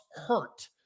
hurt